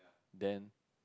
then